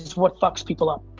what fucks people up.